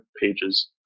pages